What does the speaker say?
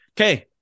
Okay